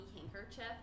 handkerchief